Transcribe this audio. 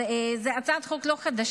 זו לא הצעת חוק חדשה.